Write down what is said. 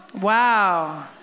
Wow